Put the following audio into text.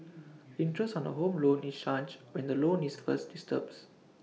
interest on A home loan is charged when the loan is first disbursed